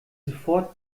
sofort